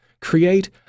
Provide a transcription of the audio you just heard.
create